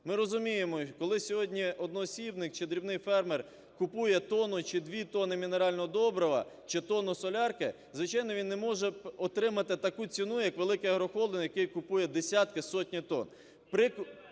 Ми розуміємо, коли сьогодні одноосібник чи дрібний фермер купує тонну, чи дві тонни мінерального добрива, чи тонну солярки, звичайно, він не може отримати таку ціну, як великий агрохолдинг, який купує десятки, сотні тонн.